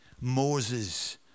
Moses